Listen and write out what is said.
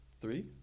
Three